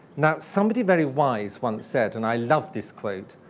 now, somebody very wise once said, and i love this quote,